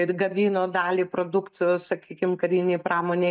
ir gamino dalį produkcijos sakykim karinei pramonei